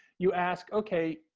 you ask ok,